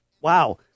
Wow